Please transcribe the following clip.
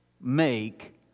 make